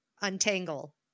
untangle